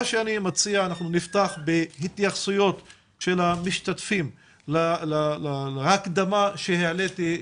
מה שאני מציע הוא שנפתח בהתייחסויות של המשתתפים להקדמה שלי,